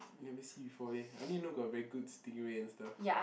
never see before leh I only know got very good stingray and stuff